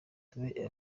tube